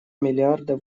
миллиарда